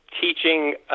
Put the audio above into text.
teaching